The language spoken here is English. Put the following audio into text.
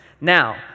Now